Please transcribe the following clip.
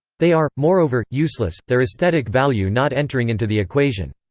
they are, moreover, useless, their aesthetic value not entering into the equation.